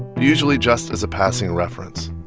usually just as a passing reference.